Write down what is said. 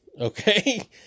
okay